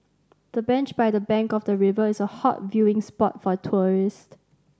the bench by the bank of the river is a hot viewing spot for tourist